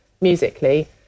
musically